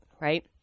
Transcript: right